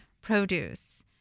produce